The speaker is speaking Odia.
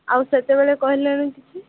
ଆଉ ସେତେବେଳେ କହିଲେନି କିଛି